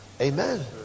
amen